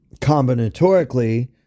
combinatorically